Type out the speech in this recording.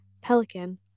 pelican